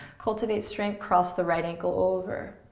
cultivate strength, cross the right ankle over.